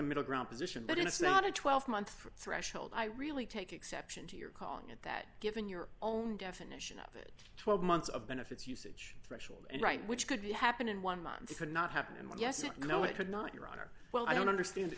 middle ground position but it's not a twelve month threshold i really take exception to your calling it that given your own definition of it twelve months of benefits usage threshold and right which could happen in one month it cannot happen and yes it no it would not your honor well i don't understand that